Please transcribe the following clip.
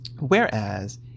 whereas